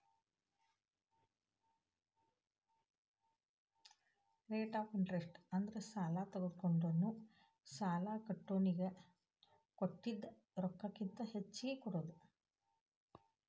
rate of interest ಅಂದ್ರ ಸಾಲಾ ತೊಗೊಂಡೋನು ಸಾಲಾ ಕೊಟ್ಟೋನಿಗಿ ಕೊಟ್ಟಿದ್ ರೊಕ್ಕಕ್ಕಿಂತ ಹೆಚ್ಚಿಗಿ ಕೊಡೋದ್